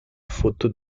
faute